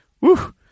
Woo